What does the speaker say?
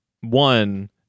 one